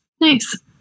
Nice